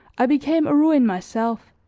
i became a ruin myself.